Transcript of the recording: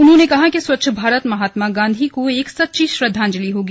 उन्होंने कहा कि स्वच्छ भारत महात्मा गांधी को एक सच्ची श्रद्वांजलि होगी